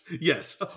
Yes